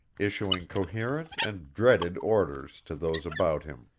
issuing coherent and dreaded orders to those about him.